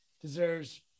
deserves